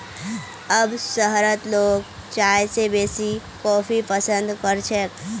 अब शहरत लोग चाय स बेसी कॉफी पसंद कर छेक